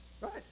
Right